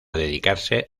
dedicarse